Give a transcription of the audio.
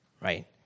right